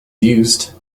used